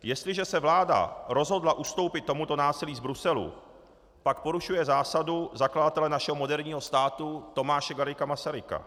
Jestliže se vláda rozhodla ustoupit tomuto násilí z Bruselu, pak porušuje zásadu zakladatele našeho moderního státu Tomáše Garrigua Masaryka.